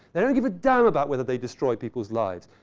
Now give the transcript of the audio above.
they don't give a damn about whether they destroy people's lives.